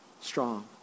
strong